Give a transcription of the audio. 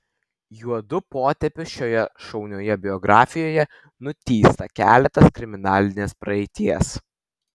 juodu potėpiu šioje šaunioje biografijoje nutįsta keletas kriminalinės praeities